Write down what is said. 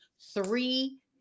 three